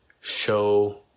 show